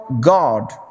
God